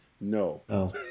No